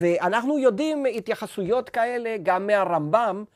ואנחנו יודעים התייחסויות כאלה גם מהרמב״ם.